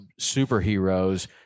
superheroes